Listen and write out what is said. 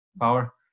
power